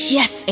yes